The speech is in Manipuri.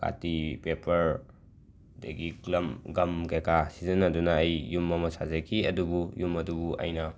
ꯀꯥꯇꯤ ꯄꯦꯄꯔ ꯑꯗꯒꯤ ꯀ꯭ꯂꯝ ꯒꯝ ꯀꯩ ꯀꯥ ꯁꯤꯖꯤꯟꯅꯗꯨꯅ ꯑꯩ ꯌꯨꯝ ꯑꯃ ꯁꯥꯖꯈꯤ ꯑꯗꯨꯕꯨ ꯌꯨꯝ ꯑꯗꯨꯕꯨ ꯑꯩꯅ